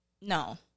no